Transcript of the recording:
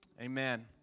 Amen